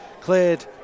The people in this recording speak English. cleared